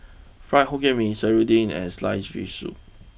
Fried Hokkien Mee Serunding and sliced Fish Soup